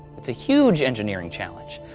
it's a huge engineering challenge.